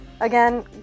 Again